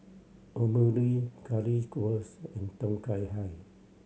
Omurice Curry wurst and Tom Kha Gai